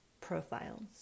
profiles